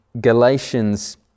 Galatians